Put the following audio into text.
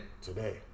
Today